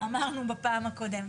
שאמרנו בפעם הקודמת.